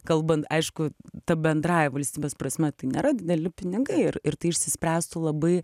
kalbant aišku ta bendrąja valstybės prasme tai nėra dideli pinigai ir ir tai išsispręstų labai